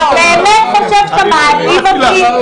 אתה באמת חושב שאתה מעליב אותי?